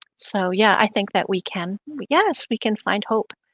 so, yeah, i think that we can yes, we can find hope.